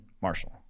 Marshall